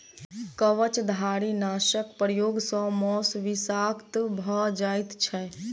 कवचधारीनाशक प्रयोग सॅ मौस विषाक्त भ जाइत छै